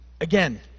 Again